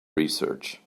research